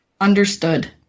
Understood